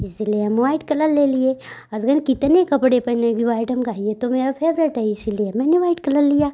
इसलिए हम white colour ले लिए अजगन कितने कपड़े पहने कि वाईट हम कहा ये तो मेरा फेवरेट है इसलिए मैंने वाईट कलर लिया